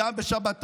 הם לא רגילים.